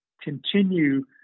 continue